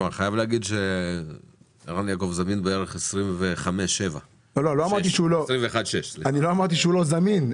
אני חייב לומר שערן יעקב זמין בערך 21/6. לא אמרתי שהוא לא זמין.